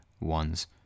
one's